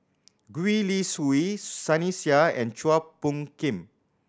Gwee Li Sui Sunny Sia and Chua Phung Kim